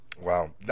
wow